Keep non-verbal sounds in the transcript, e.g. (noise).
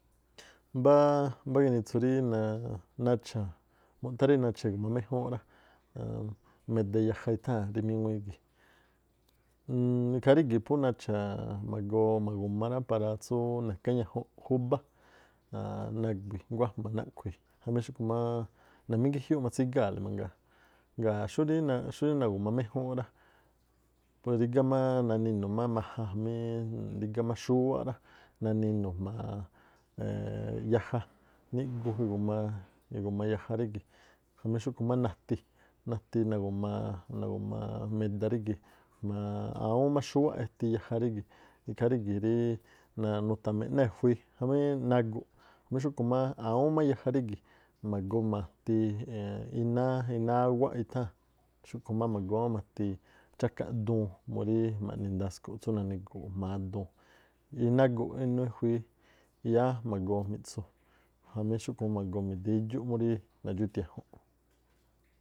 Mbáá, mbá ginitsu rí nacha̱, mu̱thá rí na̱cha̱ igu̱ma méjúúnꞌ rá, aan meda yaja itháa̱n rí míŋuíí gii̱, (hesitation) ikhaa rígi̱ phú nacha̱ magoo ma̱gu̱ma rá, para tsú nakáñajunꞌ júbá (hesitation) nagui nguájma nakhui̱ jamí xúkhu máá ra̱mingíjiúúꞌ matsígaa̱le mangaa. Ngaa̱ xúrí nagu̱ma méjúúnꞌ rá, pu rígá máá naninu̱ má majan jamí rígá má xúwáꞌ rá, naninu̱ jma̱a yaja niꞌgu̱ igu̱ma yaja rígi̱ jamí xúꞌkhu̱ má nati nagu̱maa- nagu̱maa- meda rígi̱, jma̱a awúún má xúwáꞌ eti̱ yaja rígi̱. Ikhaa rígi̱ rí naa nuta̱mi̱ꞌ náa̱ ejui̱i jamí nagu̱ꞌ jamí xúꞌkhu̱ má awúún má yaja rígi̱ ma̱goo ma̱ti (hesitation) iná áwáꞌ itháa̱n, xúꞌkhu̱ má ma̱goo ma̱ti̱ cháꞌka duun murí ma̱ꞌni ndasku̱ꞌ tsú nani̱gu̱u̱ꞌ jma̱a duun. Naguꞌ inuu e̱jui̱i yáá ma̱goo mi̱ꞌtsu jamí xúꞌkhu̱ má ma̱goo mi̱da ixúꞌ múrí nadxú-ithiajun.